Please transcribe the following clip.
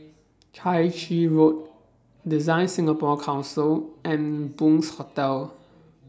Chai Chee Road DesignSingapore Council and Bunc Hostel